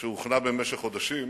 שהוכנה במשך חודשים